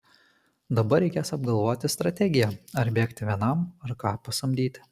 dabar reikės apgalvoti strategiją ar bėgti vienam ar ką pasamdyti